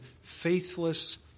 faithless